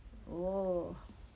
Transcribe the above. oh